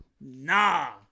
nah